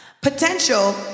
Potential